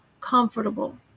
comfortable